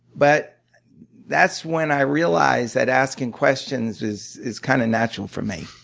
but that's when i realized that asking questions is is kind of natural for me.